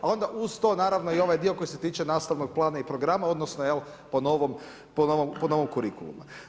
A onda uz to, naravno i ovaj dio koji se tiče nastavnog plana i programa, odnosno, jel, po novom kurikulum.